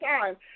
time